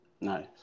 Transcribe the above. nice